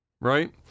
right